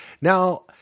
Now